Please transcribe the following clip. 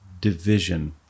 division